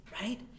Right